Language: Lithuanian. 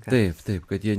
taip taip kad jie